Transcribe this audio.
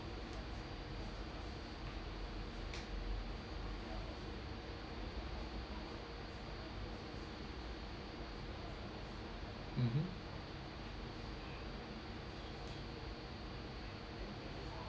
mmhmm